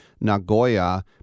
Nagoya